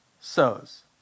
sows